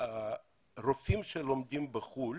הוא שהרופאים שלומדים בחוץ לארץ,